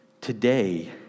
today